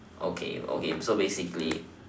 okay okay so basically